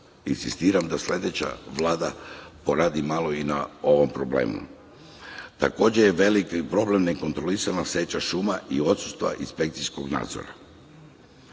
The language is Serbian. insistiram da sledeća Vlada poradi malo i na ovom problemu. Takođe je veliki problem nekontrolisanih seča šuma i odsustva inspekcijskog nadzora. Takođe,